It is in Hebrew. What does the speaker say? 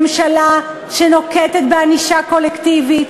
ממשלה שנוקטת ענישה קולקטיבית,